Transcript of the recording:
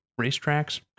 Racetracks